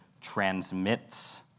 transmits